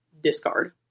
discard